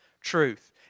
truth